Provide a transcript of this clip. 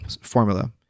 formula